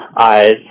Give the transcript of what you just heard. eyes